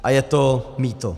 A je to mýto.